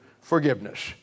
Forgiveness